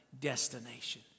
destination